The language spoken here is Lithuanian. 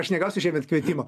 aš negausiu šiemet kvietimo